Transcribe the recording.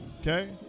okay